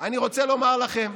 אני רוצה לומר לכם